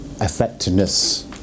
effectiveness